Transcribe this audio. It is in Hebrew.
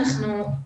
המיון.